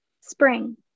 spring